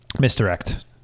Misdirect